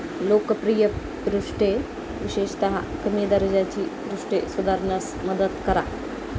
लोकप्रिय पृष्ठे विशेषतः कमी दर्जाची पृष्ठे सुधारण्यास मदत करा